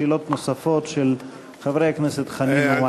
שאלות נוספות של חברי הכנסת חנין ומקלב.